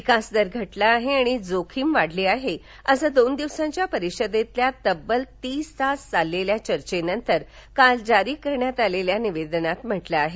विकास दर घटला आहे आणि जोखीम वाढली आहे असं दोन दिवसांच्या परिषदेतील तब्बल तीस तास चाललेल्या चर्चेनंतर काल जारी करण्यात आलेल्या निवेदनात म्हटलं आहे